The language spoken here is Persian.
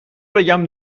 بگم